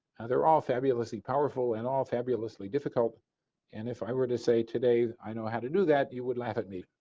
they're all fabulous powerful and all fabulously difficult and if i were to say today i know how to do that you would laugh at me.